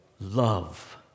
love